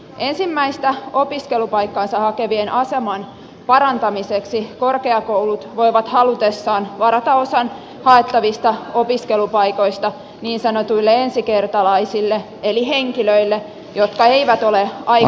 ensimmäistä opiskelupaikkaansa hakevien aseman parantamiseksi korkeakoulut voivat halutessaan varata osan haettavista opiskelupaikoista niin sanotuille ensikertalaisille eli henkilöille jotka eivät ole aikaisemmin